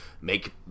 make